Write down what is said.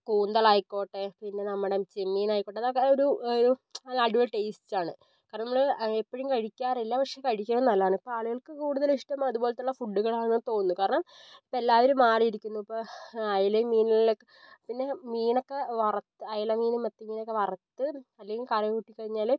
കൂന്തൽ ആയിക്കോട്ടെ പിന്നെ നമ്മുടെ ചെമ്മീൻ ആയിക്കോട്ടെ അതൊക്കെ ഒരു ഒരു അടിപൊളി ടേസ്റ്റ് ആണ് കാരണം നമ്മൾ എപ്പോഴും കഴിക്കാറില്ല പക്ഷേ കഴിക്കുന്നത് നല്ലതാണ് ഇപ്പം ആളുകൾക്ക് കൂടുതൽ ഇഷ്ടം അതുപോലത്തുള്ള ഫുഡുകൾ ആണെന്ന് തോന്നുന്നു കാരണം ഇപ്പം എല്ലാവരും മാറിയിരിക്കുന്നു ഇപ്പോൾ അയിലയും മീനുകളിലും ഒക്കെ പിന്നെ മീനൊക്കെ വറുത്ത് അയല മീനും മത്തി മീനും ഒക്കെ വറുത്ത് അല്ലെങ്കള്ള് കറി കൂട്ടി കഴിഞ്ഞാൽ